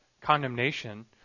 condemnation